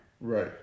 Right